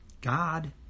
God